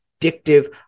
addictive